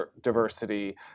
diversity